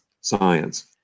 science